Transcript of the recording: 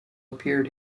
appeared